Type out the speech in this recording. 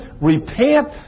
repent